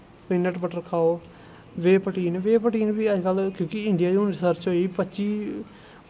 peanut butter खाओ whey protein whey protein बी अजकल कि इंडिया च हून रिसर्च होई पच्ची